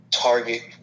target